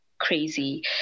crazy